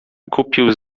kupił